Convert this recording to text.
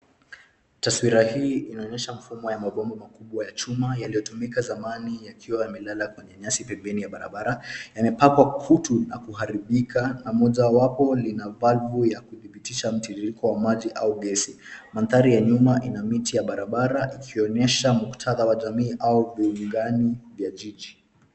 Taswira hii inaonyesha mfumo ya mabomba makubwa ya chuma yaliyotumika zamani yakiwa yamelala kwenye nyasi pembeni ya barabara. Yamepakwa kutu na kuharibika na mojawapo lina pipu ya kuthibitisha mtiririko wa maji au gesi. Mandhari ya nyuma ina miti ya barabara ikionyesha muktadha wa jamii au mbugani ya jiji.